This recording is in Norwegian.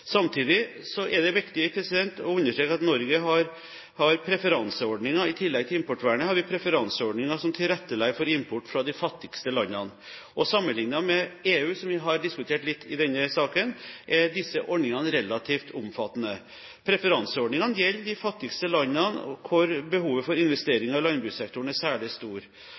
Samtidig er det viktig å understreke at Norge har preferanseordninger. I tillegg til importvernet har vi preferanseordninger som tilrettelegger for import fra de fattigste landene. Sammenliknet med EU, som vi har diskutert litt i denne saken, er disse ordningene relativt omfattende. Preferanseordningene gjelder de fattigste landene, hvor behovet for investeringer i landbrukssektoren er særlig stor.